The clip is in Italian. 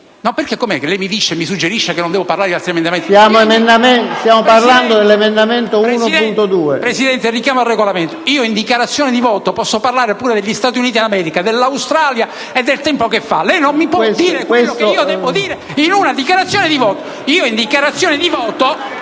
perché, com'è che lei mi suggerisce che non devo parlare degli altri emendamenti? PRESIDENTE. Stiamo parlando dell'emendamento 1.2. FERRARA Mario *(GAL)*. Signor Presidente, faccio un richiamo al Regolamento. Io in sede di dichiarazione di voto posso parlare pure degli Stati Uniti d'America, dell'Australia e del tempo che fa. Lei non mi può dire quello che io devo dire in una dichiarazione di voto. Io in dichiarazione di voto...